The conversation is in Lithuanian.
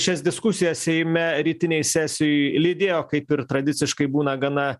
šias diskusijas seime rytinėj sesijoj lydėjo kaip ir tradiciškai būna gana